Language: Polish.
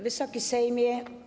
Wysoki Sejmie!